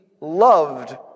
loved